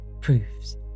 proofs